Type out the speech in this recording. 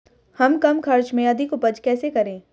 हम कम खर्च में अधिक उपज कैसे करें?